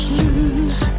lose